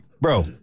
bro